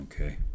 Okay